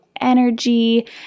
energy